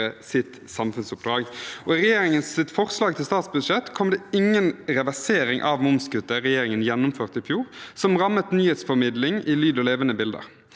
I regjeringens forslag til statsbudsjett kom det ingen reversering av kuttet i momsfritaket som regjeringen gjennomførte i fjor, som rammet nyhetsformidling i lyd og levende bilder.